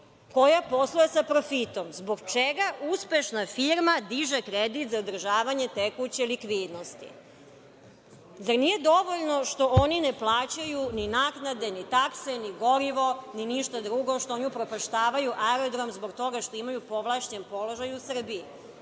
koja posluje sa profitom. Zbog čega uspešna firma diže kredit za održavanje tekuće likvidnosti. Zar nije dovoljno što oni ne plaćaju ni naknade, ni takse, ni gorivo, što oni upropaštavaju aerodrom zbog toga što imaju povlašćen položaj u Srbiji?